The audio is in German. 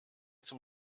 zum